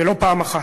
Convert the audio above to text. ולא פעם אחת,